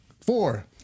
four